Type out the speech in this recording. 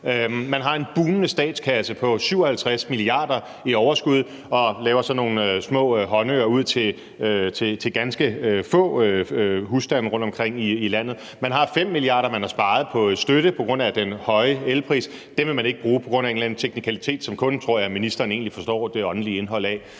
Man har en bugnende statskasse på 57 mia. kr. i overskud og langer sådan nogle håndører ud til ganske få husstande rundtomkring i landet. Man har 5 mia. kr., man har sparet på støtte, på grund af den høje elpris; dem vil man ikke bruge på grund af en eller anden teknikalitet, som kun, tror jeg, ministeren egentlig forstår det åndelige indhold af.